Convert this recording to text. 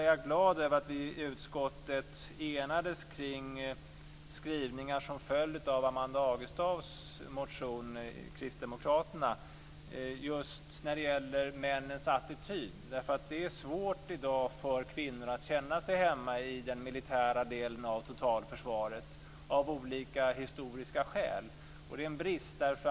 Jag är glad över att vi i utskottet enades kring skrivningar som föll av motionen från Amanda Agestav, Kristdemokraterna, just när det gäller männens attityd. Det är svårt i dag för kvinnor att känna sig hemma i den militära delen av totalförsvaret av olika historiska skäl. Det är en brist.